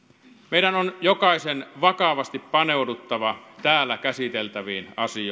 meidän on jokaisen vakavasti paneuduttava täällä käsiteltäviin asioihin